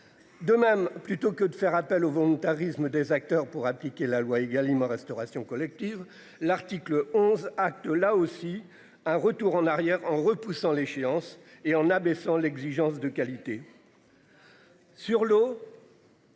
De même, plutôt que de faire appel au volontarisme des acteurs pour appliquer la loi Egalim, restauration collective, l'article 11 acte là aussi un retour en arrière en repoussant l'échéance et en abaissant l'exigence de qualité. Sur l'eau.